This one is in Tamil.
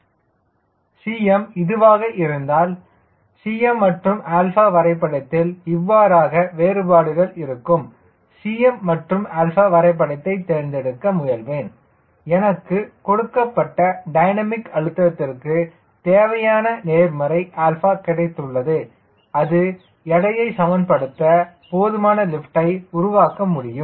Cm இது ஆக இருந்தால் Cm மற்றும் வரைபடத்தில் இவ்வாறாக வேறுபடும் Cm மற்றும் வரைபடத்தை தேர்ந்தெடுக்க முயல்வேன் எனக்கு கொடுக்கப்பட்ட டைனமிக் அழுத்தத்திற்கு தேவையான நேர்மறை 𝛼 கிடைத்துள்ளது அது எடையை சமப்படுத்த போதுமான லிப்ட்யை உருவாக்க முடியும்